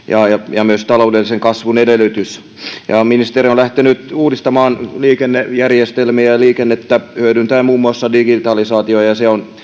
ja myös taloudellisen kasvun edellytys ministeri on lähtenyt uudistamaan liikennejärjestelmiä ja liikennettä hyödyntäen muun muassa digitalisaatiota ja se on